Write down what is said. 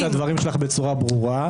אמרת את הדברים שלך בצורה ברורה.